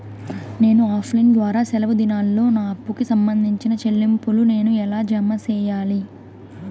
నేను offline ద్వారా సెలవు దినాల్లో నా అప్పుకి సంబంధించిన చెల్లింపులు నేను ఎలా జామ సెయ్యాలి?